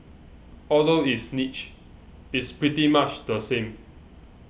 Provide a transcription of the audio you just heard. although it's niche it's pretty much the same